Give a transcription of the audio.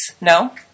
No